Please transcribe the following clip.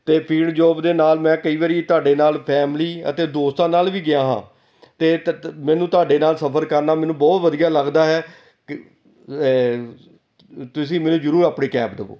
ਅਤੇ field job ਦੇ ਨਾਲ ਮੈਂ ਕਈ ਵਾਰੀ ਤੁਹਾਡੇ ਨਾਲ ਫੈਮਿਲੀ ਅਤੇ ਦੋਸਤਾਂ ਨਾਲ ਵੀ ਗਿਆ ਹਾਂ ਅਤੇ ਤ ਤ ਮੈਨੂੰ ਤੁਹਾਡੇ ਨਾਲ ਸਫ਼ਰ ਕਰਨਾ ਮੈਨੂੰ ਬਹੁਤ ਵਧੀਆ ਲੱਗਦਾ ਹੈ ਕ ਤੁਸੀਂ ਮੈਨੂੰ ਜ਼ਰੂਰ ਆਪਣੀ ਕੈਬ ਦੇਵੋ